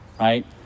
right